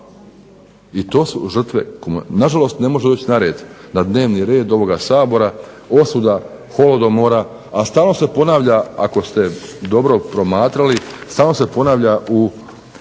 i to su žrtve, nažalost ne može doći na red, na dnevni red ovoga Sabora osuda holodomora, a stalno se ponavlja ako ste dobro promatrali, stalno se ponavlja u